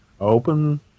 open